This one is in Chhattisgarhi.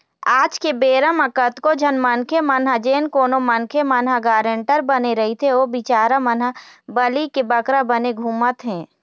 आज के बेरा म कतको झन मनखे मन ह जेन कोनो मनखे मन ह गारंटर बने रहिथे ओ बिचारा मन ह बली के बकरा बने घूमत हें